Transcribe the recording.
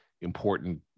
important